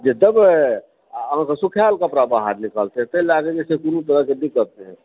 जे देबै आ अहाँकेँ सुखायल कपड़ा बाहर निकलतै तैँ लए कऽ कोनो तरहके दिक्कत नहि हेतै